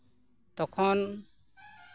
ᱛᱚᱠᱷᱚᱱ